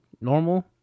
Normal